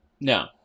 No